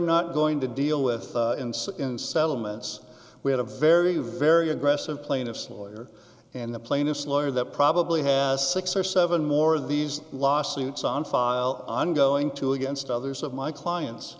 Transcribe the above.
not going to deal with in settlements we had a very very aggressive plaintiff's lawyer and the plaintiff's lawyer that probably has six or seven more of these lawsuits on file i'm going to against others of my clients